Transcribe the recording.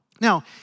Now